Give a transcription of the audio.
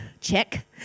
Check